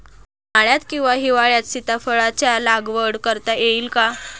उन्हाळ्यात किंवा हिवाळ्यात सीताफळाच्या लागवड करता येईल का?